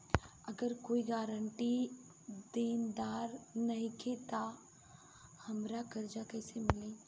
अगर कोई गारंटी देनदार नईखे त हमरा कर्जा कैसे मिली?